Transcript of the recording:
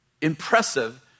impressive